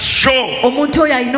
show